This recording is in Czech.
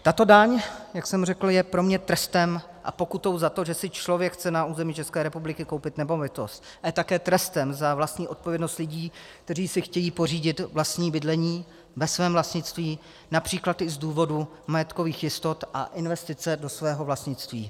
Tato daň, jak jsem řekl, je pro mě trestem a pokutou za to, že si člověk chce na území České republiky koupit nemovitost, ale také trestem za vlastní odpovědnost lidí, kteří si chtějí pořídit vlastní bydlení, ve svém vlastnictví, například i z důvodu majetkových jistot a investice do svého vlastnictví.